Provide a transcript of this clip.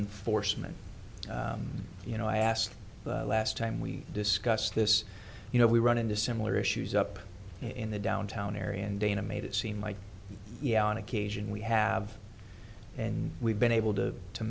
enforcement you know i asked last time we discussed this you know we run into similar issues up in the downtown area and dana made it seem like yeah on occasion we have and we've been able to to